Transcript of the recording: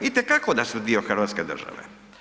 Itekako da su dio hrvatske države.